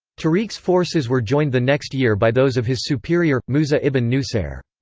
tariq's forces were joined the next year by those of his superior, musa ibn nusair.